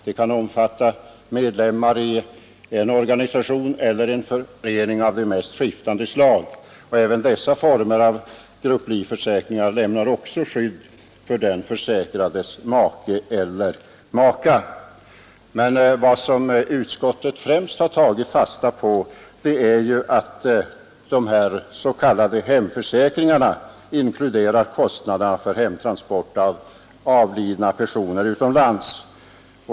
De kan omfatta medlemmar i organisationer eller föreningar av de mest skiftande slag. Även dessa former av grupplivförsäkringar lämnar skydd för den försäkrades make eller maka. Vad utskottet främst har tagit fasta på är att de s.k. hemförsäkringarna inkluderar kostnaderna för hemtransport från utlandet av avlidna personer.